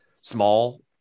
small